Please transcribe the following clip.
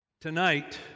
Tonight